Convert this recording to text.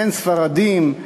אין ספרדים,